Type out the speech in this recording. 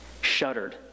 shuddered